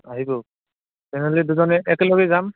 আহিলোঁ তেনেহ'লে দুজনে একেলগে যাম